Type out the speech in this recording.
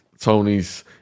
Tony's